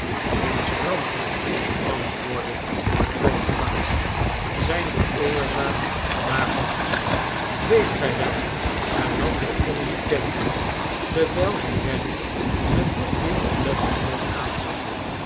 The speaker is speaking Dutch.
onze rampen antwoordde de grootvader zijn de oorzaak daarvan weet gij wel hernam de onbekende terwijl hij nelly met nog meer oplettendheid aanzag